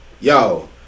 yo